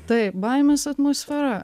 tai baimės atmosfera